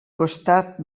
costat